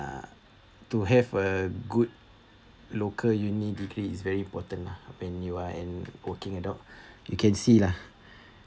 uh to have a good local uni degree is very important lah when you are in working adult you can see lah